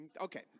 okay